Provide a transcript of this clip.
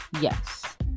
yes